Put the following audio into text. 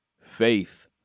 faith